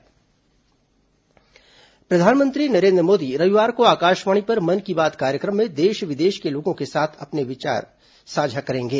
प्रधानमंत्री मन की बात प्रधानमंत्री नरेंद्र मोदी रविवार को आकाशवाणी पर मन की बात कार्यक्रम में देश विदेश के लोगों के साथ अपने विचार साझा करेंगे